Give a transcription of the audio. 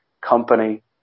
company